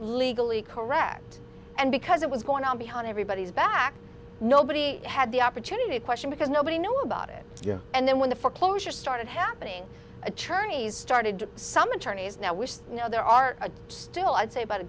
legally correct and because it was going on behind everybody's back nobody had the opportunity to question because nobody knew about it and then when the foreclosures started happening attorneys started to some attorneys now we know there are still i'd say